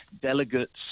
delegates